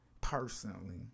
personally